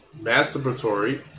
masturbatory